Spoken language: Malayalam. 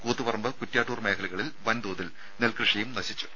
കൂത്തുപറമ്പ് കുറ്റ്യാട്ടൂർ മേഖലകളിൽ വൻ തോതിൽ നെൽകൃഷി നശിച്ചു